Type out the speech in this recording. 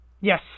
Yes